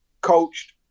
coached